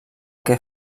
que